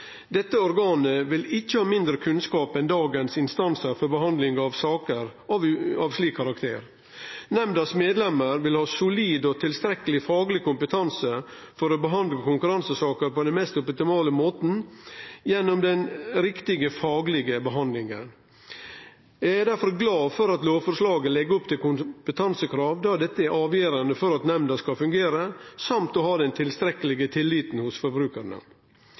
Dette organet vil ikkje ha mindre kunnskap enn dagens instansar for behandling av saker av slik karakter. Nemndas medlemer vil ha solid og tilstrekkeleg fagleg kompetanse for å behandle konkurransesaker på den mest optimale måten gjennom den riktige faglege behandlinga. Eg er difor glad for at lovforslaget legg opp til kompetansekrav, då dette er avgjerande for at nemnda skal fungere, samt for å ha den tilstrekkelege tilliten hos forbrukarane.